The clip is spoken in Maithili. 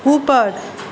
ऊपर